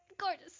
gorgeous